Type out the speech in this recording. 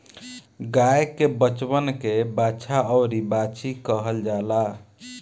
गाय के बचवन के बाछा अउरी बाछी कहल जाला